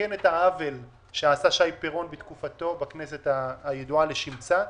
שיתקן את העוול שעשה שי פירון בכנסת הידועה לשמצה.